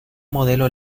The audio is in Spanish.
modelo